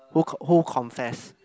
who con~ who confess